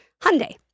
Hyundai